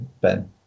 Ben